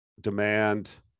demand